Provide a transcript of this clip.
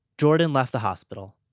jordan left the hospital.